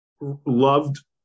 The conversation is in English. loved